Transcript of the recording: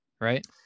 right